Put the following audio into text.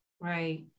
Right